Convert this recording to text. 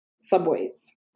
subways